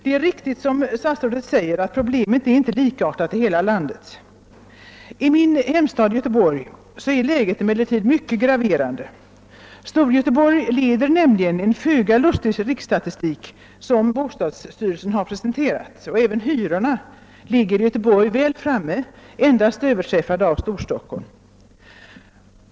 Det är riktigt, såsom herr statsrådet säger, att problemet inte är likartat i hela landet. I min hemstad Göteborg är läget emellertid mycket graverande. Storgöteborg leder nämligen en föga lustig riksstatistik, som presenterats av bostadsstyrelsen. även hyrorna ligger i Göteborg väl framme, endast överträffade av hyrorna i Storstockholm.